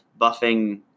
buffing